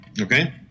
okay